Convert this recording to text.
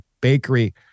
Bakery